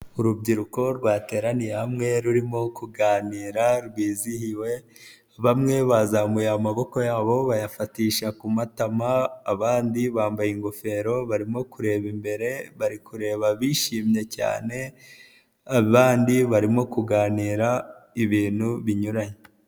Urubyiruko rwateraniye hamwe rurimo kuganira rwizihiwe, bamwe bazamuye amaboko yabo bayafatisha ku matama abandi bambaye ingofero barimo kureba imbere bari kureba bishimye cyane, abandi barimo kuganira, ibintu binyuranye.